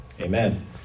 amen